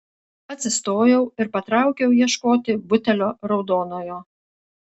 atsistojau ir patraukiau ieškoti butelio raudonojo